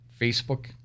Facebook